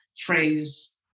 phrase